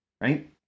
right